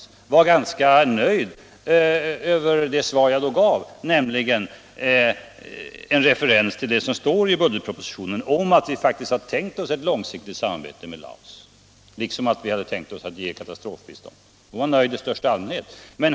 Hon var ganska nöjd med det svar jag då gav, nämligen en referens till det som står i budgetpropositionen om att vi faktiskt hade tänkt oss ett långsiktigt samarbete med Laos liksom att ge katastrofbistånd.